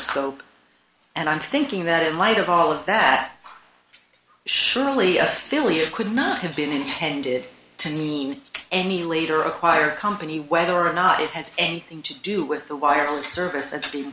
scope and i'm thinking that in light of all of that surely feely it could not have been intended to mean any later acquired company whether or not it has anything to do with the wireless service that's being